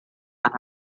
and